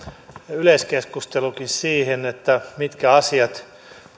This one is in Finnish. yleiskeskustelukin siihen mitkä asiat